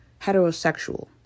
heterosexual